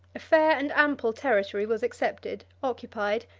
a fair and ample territory was accepted, occupied,